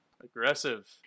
Aggressive